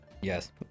Yes